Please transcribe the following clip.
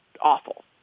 awful